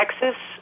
Texas